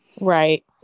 right